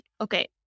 okay